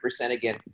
again